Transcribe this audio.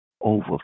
over